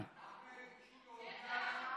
אחמד,